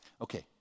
Okay